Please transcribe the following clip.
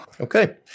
Okay